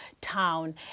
town